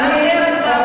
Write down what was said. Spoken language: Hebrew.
לערער על כך.